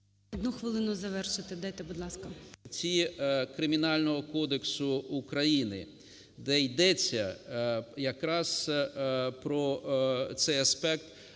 Одну хвилину завершити дайте, будь ласка. НЕМИРЯ Г.М....Кримінального кодексу України, де йдеться якраз про цей аспект,